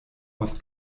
aus